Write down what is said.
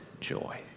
joy